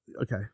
Okay